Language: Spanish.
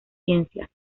ciencias